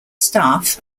staff